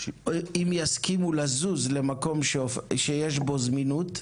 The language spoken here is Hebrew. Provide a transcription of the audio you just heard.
או שהם יסכימו לזוז למקום שיש בו זמינות,